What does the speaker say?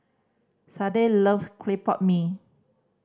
Sade loves clay pot mee